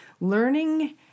learning